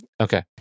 Okay